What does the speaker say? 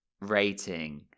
rating